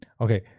Okay